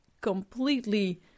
completely